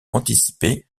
anticipé